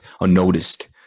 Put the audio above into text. unnoticed